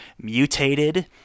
mutated